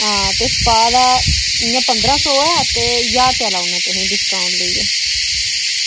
हां ते स्पा दा इय्यां पन्द्रां सौ ऐ ते ज्हार रपेया लाऊना तुसें डिस्काउंट देइयै